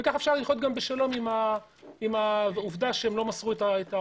וכך אפשר גם לחיות בשלום עם העובדה שהם לא מסרו את ההודעה.